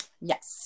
Yes